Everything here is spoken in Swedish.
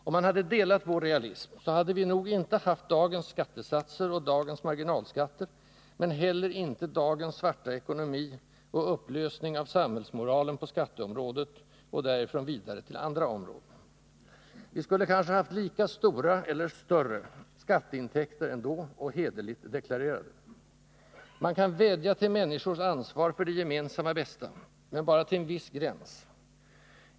Om man hade delat vår realism så hade vi nog inte haft dagens skattesatser och dagens marginal skatter men heller inte dagens svarta ekonomi och upplösning av samhällsmoralen på skatteområdet och därifrån vidare till andra områden. Vi skulle kanske haft lika stora — eller större — skatteintäkter ändå, och hederligt deklarerade. Man kan vädja till människors ansvar för det gemensamma bästa, men bara till en viss gräns.